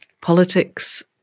politics